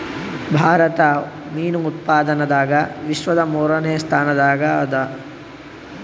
ಭಾರತ ಮೀನು ಉತ್ಪಾದನದಾಗ ವಿಶ್ವದ ಮೂರನೇ ಸ್ಥಾನದಾಗ ಅದ